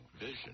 Vision